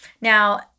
Now